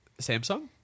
Samsung